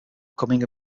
becoming